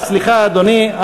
סליחה, אדוני.